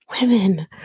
women